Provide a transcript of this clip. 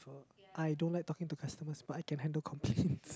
I don't like talking to customers but I can handle complaints